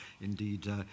Indeed